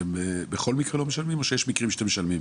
אתם בכל מקרה לא משלמים או שיש מקרים בהם אתם משלמים?